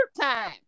time